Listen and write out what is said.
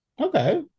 okay